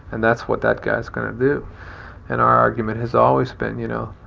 and that's what that guy's going to do and our argument has always been, you know,